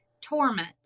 torment